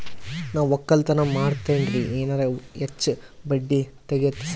ನಾ ಒಕ್ಕಲತನ ಮಾಡತೆನ್ರಿ ಎನೆರ ಹೆಚ್ಚ ಬಡ್ಡಿ ಸಿಗತದೇನು?